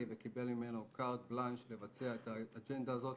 וקיבל ממנו קארט בלנש לבצע את האג'נדה הזאת.